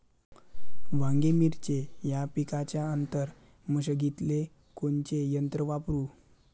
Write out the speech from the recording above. वांगे, मिरची या पिकाच्या आंतर मशागतीले कोनचे यंत्र वापरू?